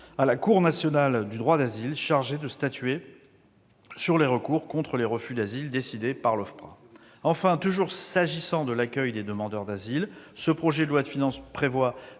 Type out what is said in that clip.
à la Cour nationale du droit d'asile, chargée de statuer sur les recours contre les refus d'asile décidés par l'OFPRA. Enfin, toujours s'agissant de l'accueil des demandeurs d'asile, ce projet de loi de finances prévoit